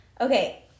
Okay